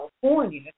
California